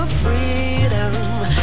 freedom